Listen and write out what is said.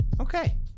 Okay